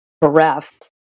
bereft